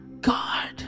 God